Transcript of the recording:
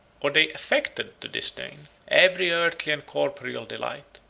or they affected to disdain, every earthly and corporeal delight.